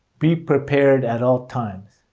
be prepared at all times.